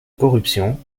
corruption